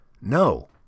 No